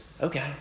Okay